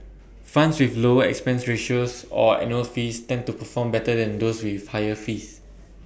funds with lower expense ratios or annual fees tend to perform better than those with higher fees